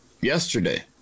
yesterday